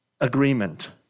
agreement